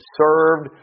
served